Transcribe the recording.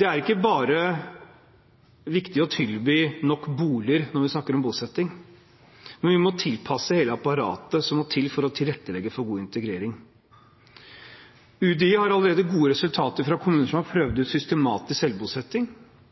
Det er ikke bare viktig å tilby nok boliger når man snakker om bosetting, vi må også tilpasse hele apparatet som må til for å tilrettelegge for god integrering. UDI har allerede gode resultater fra kommuner som har prøvd ut systematisk selvbosetting